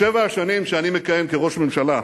בשבע השנים שאני מכהן כראש הממשלה,